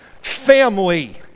family